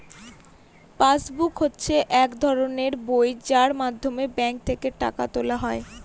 pass book হচ্ছে এক ধরনের বই যার মাধ্যমে ব্যাঙ্ক থেকে টাকা তোলা হয়